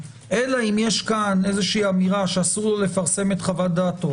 אלא אם יש כאן אמירה שאסור לו לפרסם את חוות דעתו,